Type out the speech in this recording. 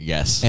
Yes